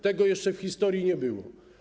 Tego jeszcze w historii nie było.